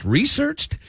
researched